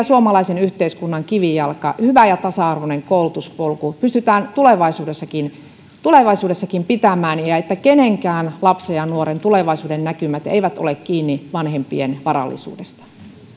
suomalaisen yhteiskunnan kivijalka hyvä ja tasa arvoinen koulutuspolku pystytään tulevaisuudessakin tulevaisuudessakin pitämään niin että yhdenkään lapsen ja ja nuoren tulevaisuudennäkymät eivät ole kiinni vanhempien varallisuudesta